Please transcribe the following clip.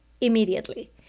immediately